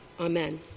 Amen